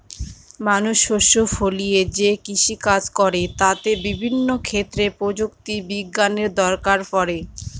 মানুষ শস্য ফলিয়ে যে কৃষিকাজ করে তাতে বিভিন্ন ক্ষেত্রে প্রযুক্তি বিজ্ঞানের দরকার পড়ে